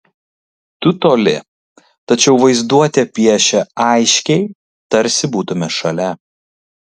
tu toli tačiau vaizduotė piešia aiškiai tarsi būtumei šalia